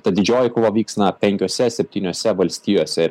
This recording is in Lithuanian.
tad didžioji kova vyksta na penkiose septyniose valstijose